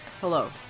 Hello